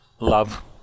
Love